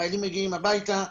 החיילים מגיעים הביתה,